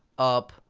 up,